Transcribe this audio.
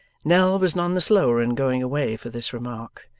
nell was none the slower in going away, for this remark.